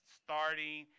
starting